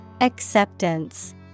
Acceptance